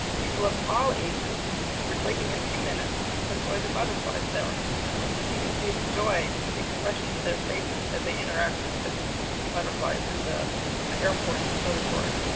people of all ages were taking a few minutes to enjoy the butterflies there. and you can see the joy in the expressions of their faces as they interacted with butterflies in the ah airport conservatory.